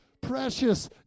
precious